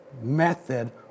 method